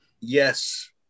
Yes